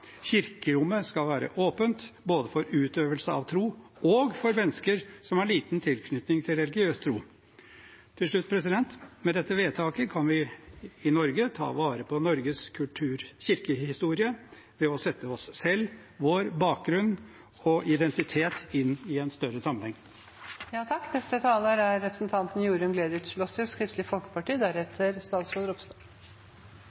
Kirkerommet skal være åpent, både for utøvelse av tro og for mennesker som har liten tilknytning til religiøs tro. Til slutt: Med dette vedtaket kan vi i Norge ta vare på Norges kirkehistorie ved å sette oss selv, vår bakgrunn og vår identitet inn i en større sammenheng.